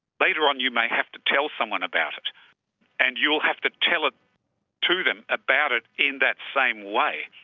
later on you may have to tell someone about it and you'll have to tell it to them about it in that same way.